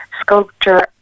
sculpture